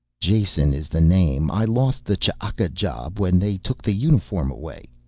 jason is the name, i lost the ch'aka job when they took the uniform away.